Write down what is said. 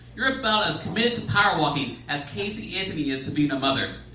you're about as committed to power walking as casey anthony is to being a mother.